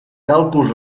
càlculs